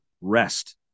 rest